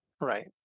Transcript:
right